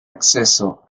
acceso